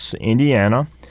Indiana